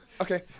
Okay